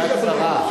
את שרה.